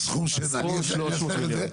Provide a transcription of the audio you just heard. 300 מיליון.